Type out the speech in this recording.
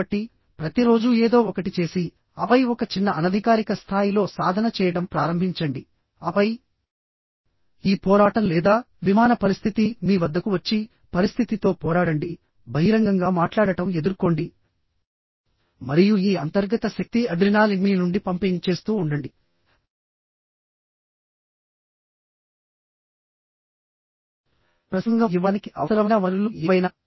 కాబట్టి ప్రతిరోజూ ఏదో ఒకటి చేసి ఆపై ఒక చిన్న అనధికారిక స్థాయిలో సాధన చేయడం ప్రారంభించండి ఆపై ఈ పోరాటం లేదా విమాన పరిస్థితి మీ వద్దకు వచ్చి పరిస్థితితో పోరాడండి బహిరంగంగా మాట్లాడటం ఎదుర్కోండి మరియు ఈ అంతర్గత శక్తి అడ్రినాలిన్ మీ నుండి పంపింగ్ చేస్తూ ఉండండి ప్రసంగం ఇవ్వడానికి అవసరమైన వనరులు ఏవైనా